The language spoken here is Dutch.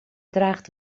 draagt